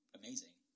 amazing